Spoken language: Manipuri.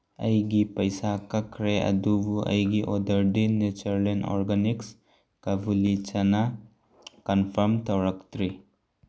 ꯑꯩꯒꯤ ꯄꯩꯁꯥ ꯀꯛꯈ꯭ꯔꯦ ꯑꯗꯨꯕꯨ ꯑꯩꯒꯤ ꯑꯣꯔꯗꯔꯗꯤ ꯅꯦꯆꯔꯂꯦꯟ ꯑꯣꯔꯒꯥꯅꯤꯛꯁ ꯀꯂꯨꯕꯤ ꯆꯅꯥ ꯀꯟꯐꯥꯝ ꯇꯧꯔꯛꯇ꯭ꯔꯤ